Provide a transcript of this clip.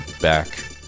back